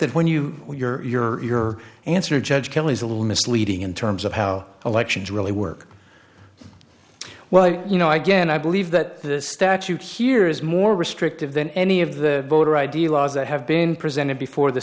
that when you are your answer judge kelly's a little misleading in terms of how elections really work well you know i guess and i believe that the statute here is more restrictive than any of the voter id laws that have been presented before th